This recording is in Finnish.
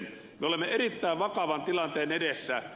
me olemme erittäin vakavan tilanteen edessä